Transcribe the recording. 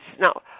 Now